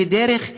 היא דרך אזרחית,